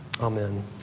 Amen